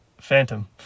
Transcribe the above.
Phantom